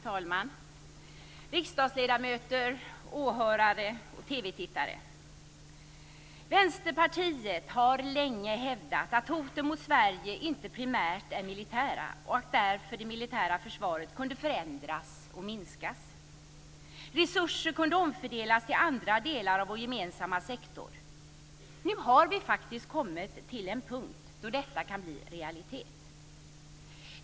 Fru talman! Riksdagsledamöter, åhörare och TV tittare! Vänsterpartiet har länge hävdat att hoten mot Sverige inte primärt är militära och att det militära försvaret därför kunde förändras och minskas. Resurser kunde omfördelas till andra delar av vår gemensamma sektor. Nu har vi faktiskt kommit till en punkt då detta kan bli realitet.